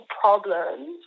problems